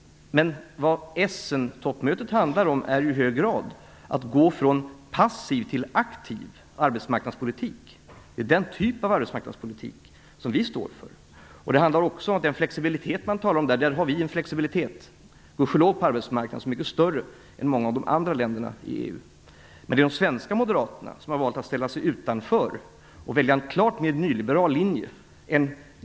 Men vad Essentoppmötet handlade om var ju i hög grad att gå från passiv till aktiv arbetsmarknadspolitik. Det är den typen av arbetsmarknadspolitik som vi står för. Det handlar också om den flexibilitet som vi gudskelov har på arbetsmarknaden och som är mycket större än den är i många av de andra länderna i EU. Det är de svenska moderaterna som har valt att ställa sig utanför och gå på en klart mer nyliberal linje.